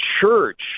church